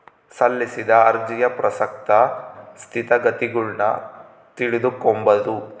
ಸಲ್ಲಿಸಿದ ಅರ್ಜಿಯ ಪ್ರಸಕ್ತ ಸ್ಥಿತಗತಿಗುಳ್ನ ತಿಳಿದುಕೊಂಬದು